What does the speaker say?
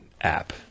app